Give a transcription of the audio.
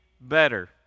better